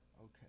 okay